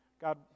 God